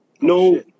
No